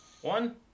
One